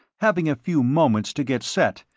having a few moments to get set,